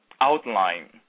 outline